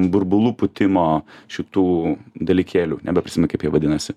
burbulų pūtimo šitų dalykėlių nebeprisimenu kaip jie vadinasi